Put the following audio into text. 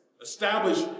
Establish